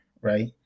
right